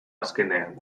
azkenean